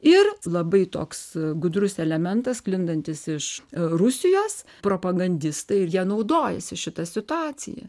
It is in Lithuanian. ir labai toks gudrus elementas sklindantis iš rusijos propagandistai ir jie naudojasi šita situacija